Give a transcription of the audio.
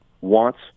wants